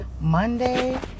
monday